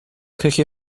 küche